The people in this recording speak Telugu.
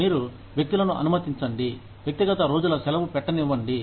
మీరు వ్యక్తులను అనుమతించండి వ్యక్తిగత రోజుల సెలవు పెట్టనివ్వండి